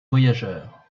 voyageurs